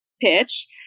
pitch